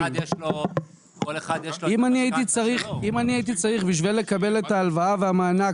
אם אני הייתי צריך בשביל לקבל את ההלוואה והמענק